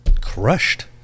crushed